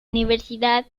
universidad